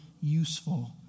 useful